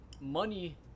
money